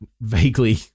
vaguely